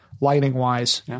lighting-wise